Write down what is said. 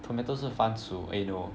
tomato 是番薯 eh no